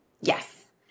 Yes